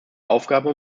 aufgaben